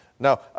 Now